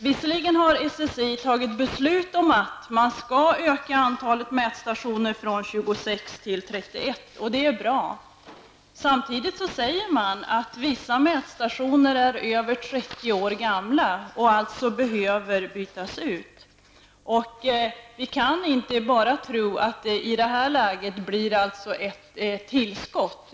Visserligen har SSI fattat beslut om att man skall öka antalet mätstationer från 26 till 31, och det är bra. Samtidigt säger man att vissa mätstationer är över 30 år gamla och alltså behöver bytas ut. Vi kan inte bara tro att det i det här läget blir ett tillskott.